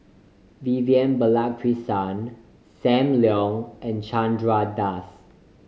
Vivian Balakrishnan Sam Leong and Chandra Das